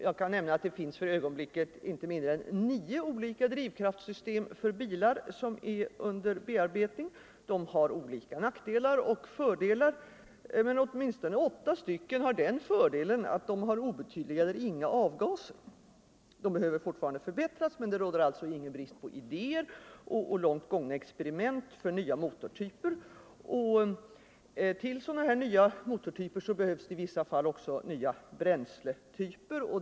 Jag kan nämna att det för ögonblicket finns inte mindre än nio olika drivkraftsystem för bilar under bearbetning. De har olika nackdelar och fördelar, men åtminstonne åtta stycken har den fördelen att de har obetydliga eller inga avgaser. De behöver fortfarande förbättras, men det råder alltså ingen brist på idéer och långt gångna experiment för nya motortyper. Till sådana här nya motortyper behövs det i vissa fall också nya bränsletyper.